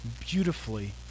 beautifully